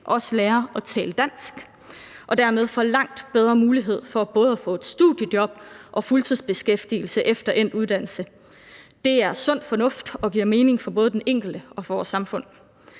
også lærer at tale dansk og dermed får langt bedre mulighed for både at få et studiejob og at få fuldtidsbeskæftigelse efter endt uddannelse. Det er sund fornuft og giver mening for både den enkelte og for vores samfund.